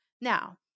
Now